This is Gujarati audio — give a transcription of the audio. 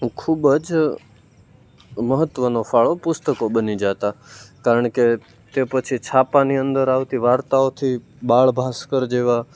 ખૂબ જ મહત્વનો ફાળો પુસ્તકો બની જતા કારણ કે તે પછી છાપાની અંદર આવતી વાર્તાઓથી બાળ ભાસ્કર જેવા